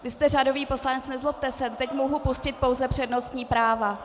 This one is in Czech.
Vy jste řadový poslanec, nezlobte se, teď mohu pustit pouze přednostní práva.